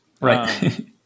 Right